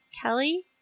Kelly